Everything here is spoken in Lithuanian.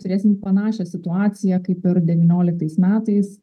turėsim panašią situaciją kaip ir devynioliktais metais